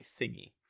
thingy